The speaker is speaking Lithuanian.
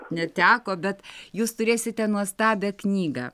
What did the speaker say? neteko bet jūs turėsite nuostabią knygą